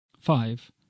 five